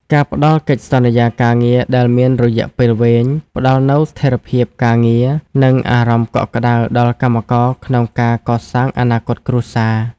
ការផ្ដល់កិច្ចសន្យាការងារដែលមានរយៈពេលវែង ផ្ដល់នូវស្ថិរភាពការងារ និងអារម្មណ៍កក់ក្ដៅដល់កម្មករក្នុងការកសាងអនាគតគ្រួសារ។